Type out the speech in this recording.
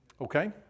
Okay